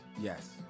Yes